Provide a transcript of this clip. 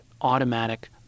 automatic